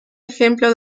ejemplo